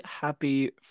happy